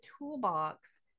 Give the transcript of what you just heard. toolbox